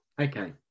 Okay